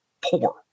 poor